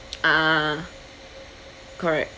ah correct